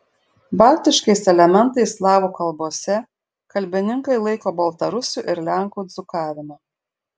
baltiškais elementais slavų kalbose kalbininkai laiko baltarusių ir lenkų dzūkavimą